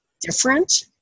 different